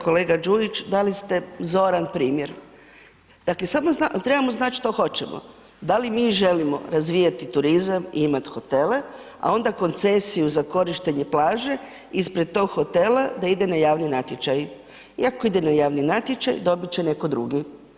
Kolega Đujić, dali ste zoran primjer, dakle samo trebamo znat što hoćemo, da li mi želimo razvijati turizam i imat hotele, a onda koncesiju za korištenje plaže ispred tog hotela da ide na javni natječaj i ako ide na javni natječaj, dobit će neko drugi.